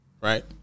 right